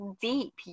deep